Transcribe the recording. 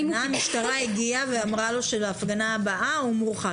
המשטרה הגיעה ואמרה לו שלהפגנה הבאה הוא מורחק.